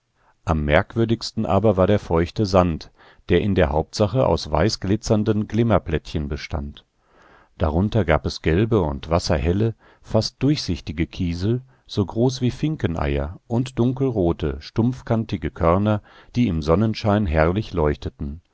am merkwürdigsten aber war der feuchte sand der in der hauptsache aus weißglitzernden glimmerplättchen bestand darunter gab es gelbe und wasserhelle fast durchsichtige kiesel so groß wie finkeneier und dunkelrote stumpfkantige körner die im sonnenschein herrlich leuchteten